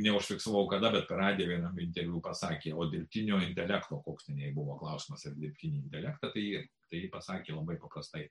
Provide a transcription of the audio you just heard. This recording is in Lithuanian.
neužfiksavau kada bet per radiją vienam interviu pasakė o dirbtinio intelekto koks ten jai buvo klausimas apie dirbtinį intelektą tai ji tai ji pasakė labai paprastai